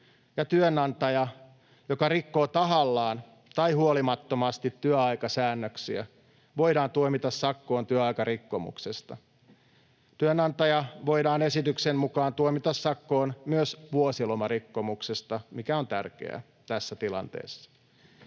työnantaja, joka rikkoo tahallaan tai huolimattomasti työaikasäännöksiä, voidaan tuomita sakkoon työaikarikkomuksesta. Työnantaja voidaan esityksen mukaan tuomita sakkoon myös vuosilomarikkomuksesta, mikä on tärkeää tässä tilanteessa.